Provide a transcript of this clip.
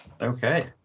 Okay